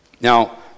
Now